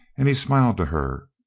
and he smiled to her.